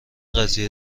قضیه